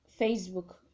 Facebook